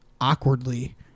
awkwardly